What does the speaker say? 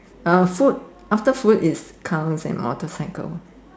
uh food after food is cars and motorcycle